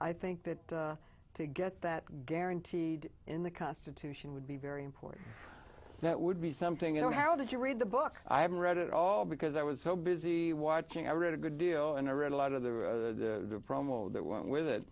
i think that to get that guaranteed in the constitution would be very important that would be something you know how did you read the book i haven't read it all because i was so busy watching i read a good deal and i read a lot of the promo that went with it